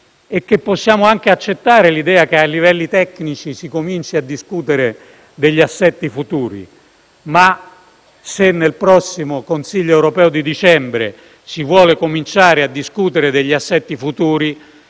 e che possiamo anche accettare l'idea che ai livelli tecnici si cominci a discutere degli assetti futuri. Ma, se nel prossimo Consiglio europeo di dicembre si vuole cominciare a discutere degli assetti futuri,